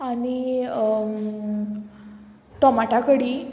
आनी टोमाटा कडी